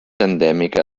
endèmica